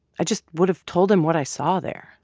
i just would've told him what i saw there.